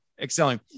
excelling